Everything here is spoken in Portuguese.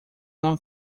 não